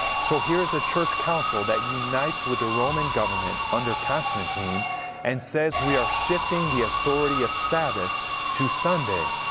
so here is a church council that unites with the roman government under constantine and says we are shifting the authority of sabbath to sunday.